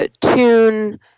tune